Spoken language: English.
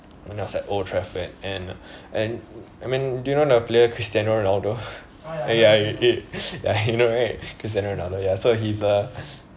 when I was at old trafford and and I mean do you know the player cristiano ronaldo eh ya it it ya you know right christiano ronaldo so he's a